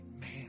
Man